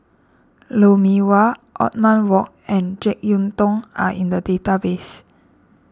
Lou Mee Wah Othman Wok and Jek Yeun Thong are in the database